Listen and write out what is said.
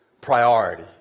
priority